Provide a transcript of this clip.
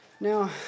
Now